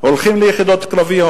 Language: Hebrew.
59% מהם הולכים ליחידות קרביות.